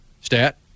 Stat